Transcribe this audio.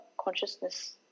consciousness